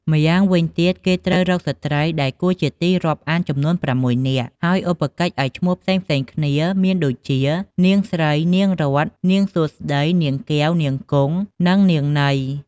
ម្យ៉ាងវិញទៀតគេត្រូវរកស្រ្តី ដែលគួរជាទីរាប់អានចំនួន៦នាក់ ហើយឧបកិច្ចឱ្យឈ្មោះផ្សេងៗគ្នាមានដូចជា នាងស្រី នាងរតន៍ នាងសួស្តី នាងកែវ នាងគង់ និងនាងន័យ។